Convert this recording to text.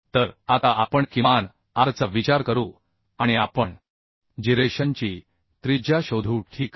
तर आता आपण किमान Rचा विचार करू आणि आपण जिरेशनची त्रिज्या शोधू ठीक आहे